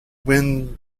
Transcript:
when